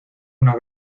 una